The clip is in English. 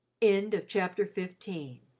end of chapter fifteen